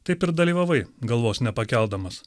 taip ir dalyvavai galvos nepakeldamas